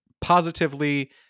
positively